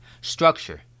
Structure